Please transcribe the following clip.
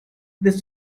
this